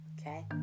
Okay